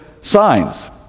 signs